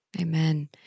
Amen